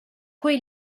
coi